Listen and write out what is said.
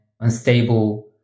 unstable